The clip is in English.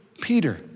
Peter